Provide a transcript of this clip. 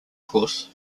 course